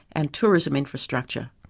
and tourism infrastructure.